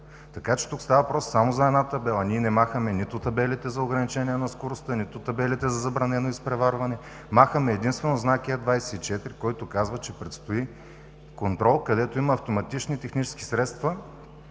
Така че тук става въпрос само за една табела. Ние не махаме нито табелите за ограничение на скоростта, нито табелите за забранено изпреварване. Махаме единствено знак Е 24, който казва, че предстои контрол, където има автоматични технически средства